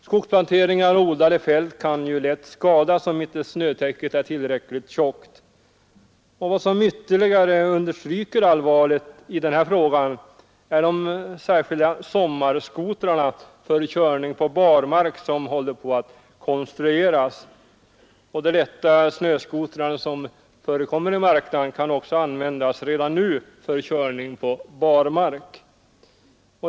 Skogsplanteringar och odlade fält kan lätt skadas om inte snötäcket är tillräckligt tjockt. Vad som ytterligare understryker allvaret i den här frågan är de särskilda sommarskotrar för körning på barmark som håller på att konstrueras. De lätta snöskotrar som förekommer i marknaden kan också användas redan nu för körning på barmark.